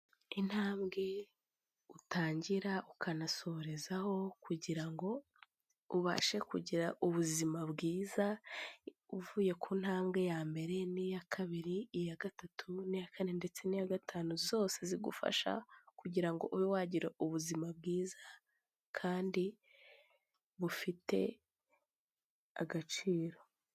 Intambwe utangira ukanasohorezaho kugira ngo ubashe kugira ubuzima bwiza, uvuye ku ntambwe ya mbere n'iya kabiri, iya gatatu n'iya kane ndetse n'iya gatanu, zose zigufasha kugira ngo ube wagira ubuzima bwiza kandi bufite agaciro.